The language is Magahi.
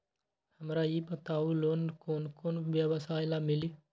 हमरा ई बताऊ लोन कौन कौन व्यवसाय ला मिली?